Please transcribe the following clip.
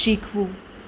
શીખવું